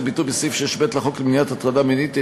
ביטוי בסעיף 6(ב) לחוק למניעת הטרדה מינית,